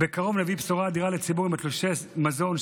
בקרוב נביא בשורה אדירה לציבור על תלושי מזון,